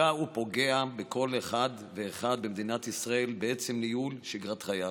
שפגע ופוגע בכל אחד ואחד במדינת ישראל בעצם ניהול שגרת חייו,